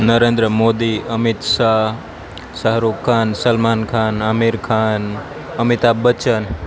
Narendra Modi Amit Shah Shahrukh Khan Salman Khan Aamir Khan Amitabh Bachchan